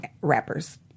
rappers